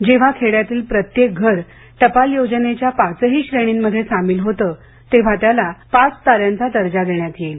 जेव्हा खेड्यातील प्रत्येक घर टपाल योजनेच्या पाचही श्रेणींमध्ये सामील होते तेव्हा त्यास पाच ताऱ्यांचा दर्जा देण्यात येईल